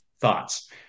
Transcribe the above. thoughts